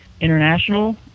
international